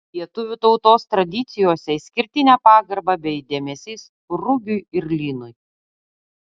lietuvių tautos tradicijose išskirtinė pagarba bei dėmesys rugiui ir linui